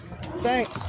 Thanks